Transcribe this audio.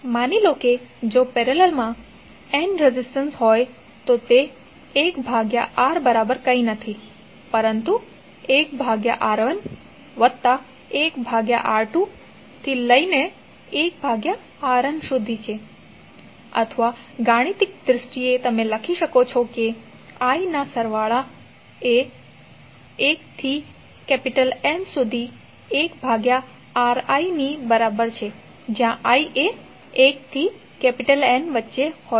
માની લો કે જો પેરેલલમાં n રેઝિસ્ટન્સ હોય તો 1 ભાગ્યા R બરાબર બીજું કંઇ નથી પરંતુ 1R1 વત્તા 1R2 થી લઇને 1Rn સુધી છે અથવા ગાણિતિક દ્રષ્ટિએ તમે લખી શકો છો કે i ના સરવાળો એ 1 થી N સુધી 1 ભાગ્યા Ri ની બરાબર છે જ્યાં i એ 1 થી N ની વચ્ચે હોય છે